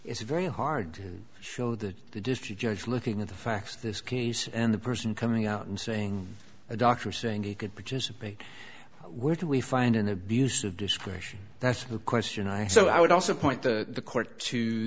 it's very hard to show that the district judge looking at the facts of this case and the person coming out and saying a doctor saying he could participate where do we find an abuse of discretion that's the question i so i would also point the court